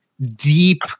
deep